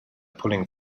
pulling